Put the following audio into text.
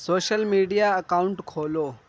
social media account کھولو